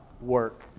work